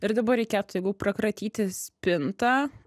ir dabar reikėtų jeigu prakratyti spintą